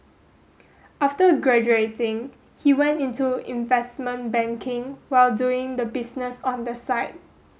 after graduating he went into investment banking while doing the business on the side